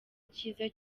icyiza